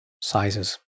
sizes